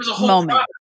moment